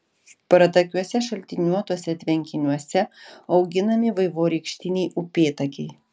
pratakiuose šaltiniuotuose tvenkiniuose auginami vaivorykštiniai upėtakiai